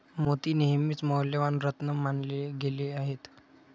मोती नेहमीच मौल्यवान रत्न मानले गेले आहेत